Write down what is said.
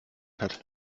hat